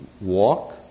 walk